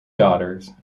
daughters